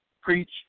preach